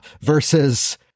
Versus